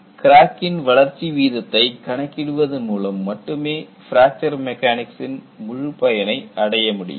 கிராக்கின் வளர்ச்சி வீதத்தை கணக்கிடுவதன் மூலம் மட்டுமே பிராக்சர் மெக்கானிக்சி ன் முழு பயனை அடைய முடியும்